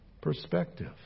perspective